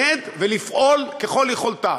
להתנגד ולפעול ככל יכולתה.